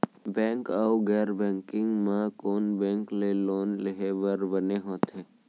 Bank अऊ गैर banking म कोन बैंक ले लोन लेहे बर बने होथे?